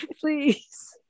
please